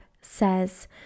says